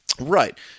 Right